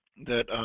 that